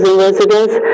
residents